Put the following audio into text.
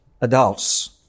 adults